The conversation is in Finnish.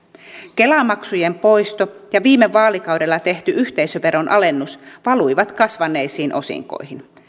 kela maksujen poisto ja viime vaalikaudella tehty yhteisöveron alennus valuivat kasvaneisiin osinkoihin